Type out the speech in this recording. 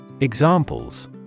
Examples